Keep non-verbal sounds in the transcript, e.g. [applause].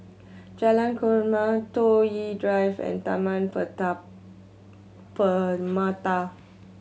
Jalan Korma Toh Yi Drive and Taman [unintelligible] Permata